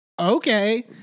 okay